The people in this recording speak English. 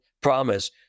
promise